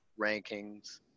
rankings